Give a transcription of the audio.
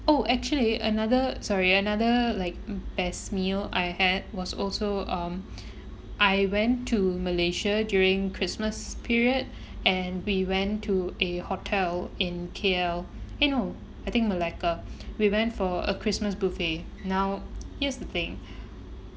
oh actually another sorry another like best meal I had was also um I went to malaysia during christmas period and we went to a hotel in K_L eh no I think melaka we went for a christmas buffet now here's the thing